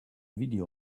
video